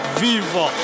viva